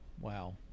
wow